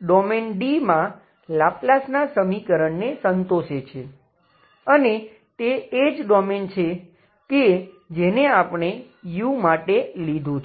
domain D માં લાપ્લાસનાં સમીકરણને સંતોષે છે અને તે એ જ ડોમેઈન છે કે જેને આપણે u માટે લીધું છે